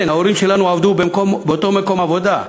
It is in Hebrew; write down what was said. כן, ההורים שלנו עבדו באותו מקום עבודה,